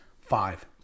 five